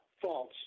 false